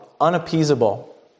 unappeasable